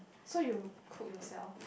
so you cook yourself